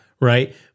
Right